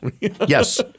yes